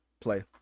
play